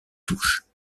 touche